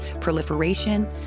proliferation